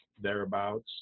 thereabouts